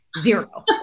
zero